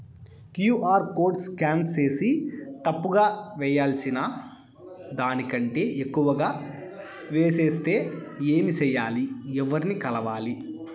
QR code scan సేసి తప్పు గా వేయాల్సిన దానికంటే ఎక్కువగా వేసెస్తే ఏమి సెయ్యాలి? ఎవర్ని కలవాలి?